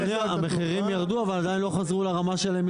החמאה בעולם עלתה ב-150%.